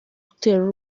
gutera